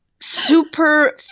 Super